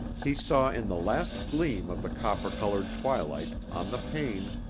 he saw in the last gleam of the copper-colored twilight, on the pane,